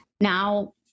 now